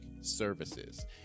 services